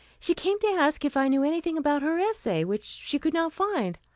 she came to ask if i knew anything about her essay, which she could not find.